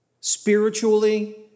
spiritually